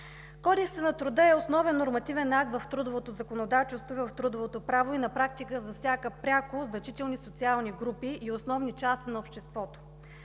Кодексът на труда е основен нормативен акт в трудовото законодателство и в трудовото право и на практика засяга пряко значителни социални групи и основни части на обществото.